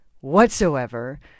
whatsoever